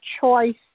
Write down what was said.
choice